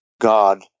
God